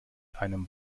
einem